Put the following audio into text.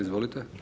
Izvolite.